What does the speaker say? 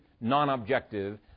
non-objective